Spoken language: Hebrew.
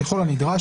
ככל הנדרש,